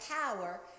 power